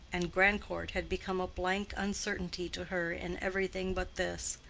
and grandcourt had become a blank uncertainty to her in everything but this,